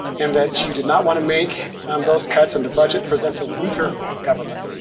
and that you did not wanna make those cuts, and the budget presents a weaker government.